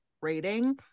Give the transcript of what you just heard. rating